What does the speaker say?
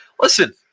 Listen